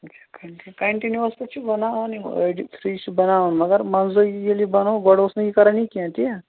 اَچھا continue continuous پٮ۪ٹھ چھِ بَناوان یِم أڑۍ فِرِج چھِ بَناوان مگر منٛزٕے ییٚلہِ یہِ بَنو گۄڈٕ اوس نہٕ یہِ کَران یہِ کیٚنٛہہ تی آ